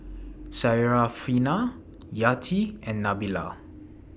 Syarafina Yati and Nabila